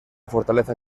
fortaleza